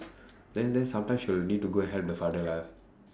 then then sometimes she will need to go and help the father lah